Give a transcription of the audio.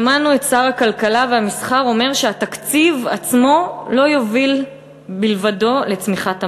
שמענו את שר הכלכלה אומר שהתקציב עצמו לא יוביל לבדו לצמיחת המשק,